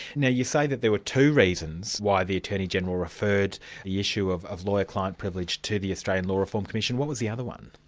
now you say that there were two reasons why the attorney-general referred the issue of of lawyer-client privilege to the australian law reform commission what was the other one?